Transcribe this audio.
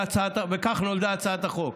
כך נולדה הצעת החוק.